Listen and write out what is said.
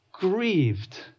grieved